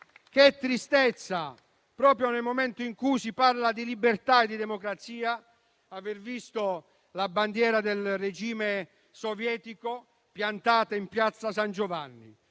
Che tristezza, poi, proprio nel momento in cui si parla di libertà e di democrazia, aver visto la bandiera del regime sovietico piantata in Piazza San Giovanni